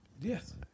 Yes